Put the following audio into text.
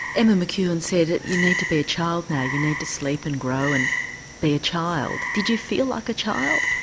emma mccune said you need to be a child now, you need to sleep and grow and be a child did you feel like a child?